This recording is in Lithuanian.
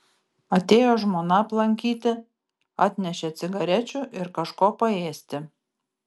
atėjo žmona aplankyti atnešė cigarečių ir kažko paėsti